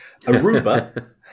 Aruba